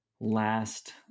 last